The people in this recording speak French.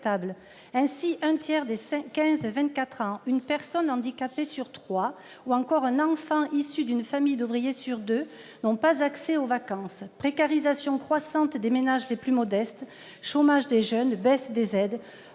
Ainsi, un tiers des 15-24 ans, une personne handicapée sur trois ou encore un enfant issu d'une famille d'ouvriers sur deux n'ont pas accès aux vacances. Précarisation croissante des ménages les plus modestes, chômage des jeunes, baisse des aides